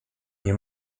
nie